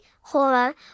horror